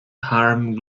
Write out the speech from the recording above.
harmed